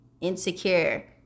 insecure